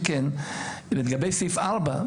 לגבי סעיף 4,